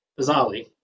bizarrely